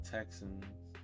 Texans